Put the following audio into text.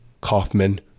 Kaufman